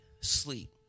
sleep